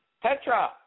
Petra